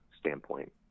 standpoint